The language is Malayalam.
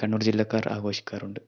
കണ്ണൂർ ജില്ലക്കാർ ആഘോഷിക്കാറുണ്ട്